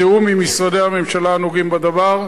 בתיאום עם משרדי הממשלה הנוגעים בדבר,